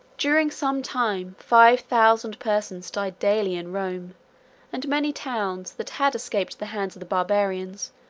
during some time five thousand persons died daily in rome and many towns, that had escaped the hands of the barbarians,